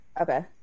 Okay